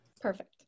Perfect